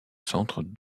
centre